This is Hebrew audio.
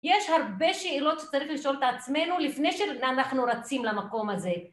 יש הרבה שאלות שצריך לשאול את עצמנו לפני שאנחנו רצים למקום הזה